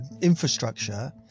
infrastructure